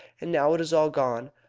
and now it is all gone.